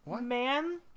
man